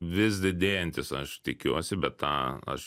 vis didėjantis aš tikiuosi bet tą aš